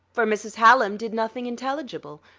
for mrs. hallam did nothing intelligible.